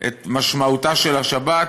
את משמעותה של השבת,